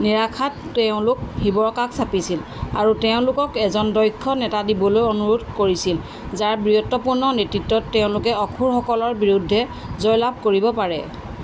নিৰাশাত তেওঁলোক শিৱৰ কাষ চাপিছিল আৰু তেওঁলোকক এজন দক্ষ নেতা দিবলৈ অনুৰোধ কৰিছিল যাৰ বীৰত্বপূৰ্ণ নেতৃত্বত তেওঁলোকে অসুৰসকলৰ বিৰুদ্ধে জয় লাভ কৰিব পাৰে